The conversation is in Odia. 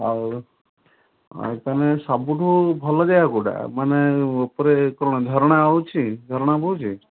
ହଉ ଆଉ ତା'ହାଲେ ସବୁଠୁ ଭଲ ଯାଗା କେଉଁଟା ମାନେ ଉପରେ କ'ଣ ଝରଣା ହେଉଛି ଝରଣା ବହୁଛି